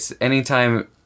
anytime